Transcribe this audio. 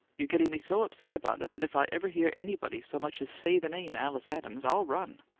you're getting me so upset about it that if i ever hear anybody so much as say the name alice adams i'll run!